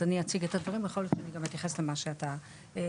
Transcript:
אז אני אציג את הדברים ויכול להיות שאתייחס למה שאתה העלית.